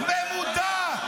במודע,